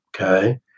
okay